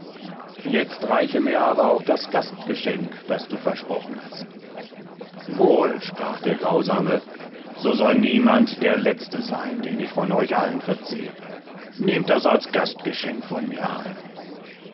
jetzt reiche mir aber auch das gastgeschenk das du versprochen hast wohl sprach der grausame so soll niemand der letzte sein den ich von euch allen verzehre nehmt das als gastgeschenk von mir an